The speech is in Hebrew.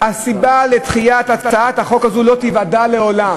"הסיבה לדחיית הצעת החוק הזאת לא תיוודע לעולם.